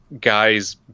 guys